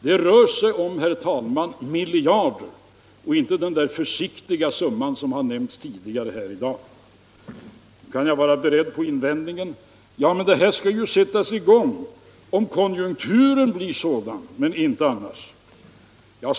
Det rör sig, herr talman, om miljarder och inte den där försiktiga summan som har nämnts tidigare här i dag. Nu kan jag vara beredd på invändningen att det här skall sättas i gång om konjunkturen blir gynnsam, men inte annars.